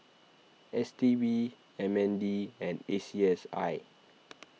S T B M N D and A C S I